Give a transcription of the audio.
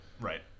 right